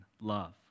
love